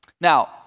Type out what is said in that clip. Now